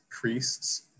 priests